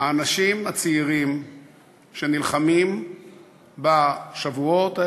האנשים הצעירים שנלחמים בשבועות האלה,